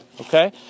Okay